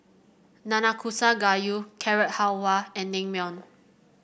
Nanakusa Gayu Carrot Halwa and Naengmyeon